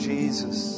Jesus